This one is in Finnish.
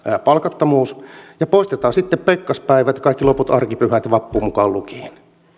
palkattomuus ja poistetaan sitten pekkaspäivät kaikki loput arkipyhät vappu mukaan lukien